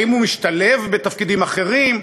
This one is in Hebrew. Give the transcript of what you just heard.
האם הוא משתלב בתפקידים אחרים?